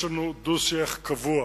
יש לנו דו-שיח קבוע,